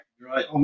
Right